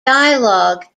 dialogue